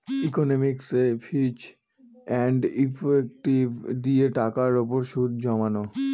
ইকনমিকসে ফিচ and effective দিয়ে টাকার উপর সুদ জমানো